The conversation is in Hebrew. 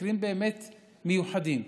מקרים באמת מיוחדים,